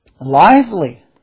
lively